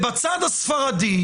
בצד הספרדי,